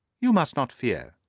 you must not fear,